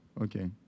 Okay